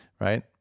Right